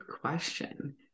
question